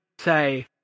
say